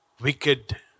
wicked